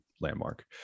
landmark